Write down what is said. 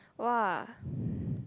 !wah!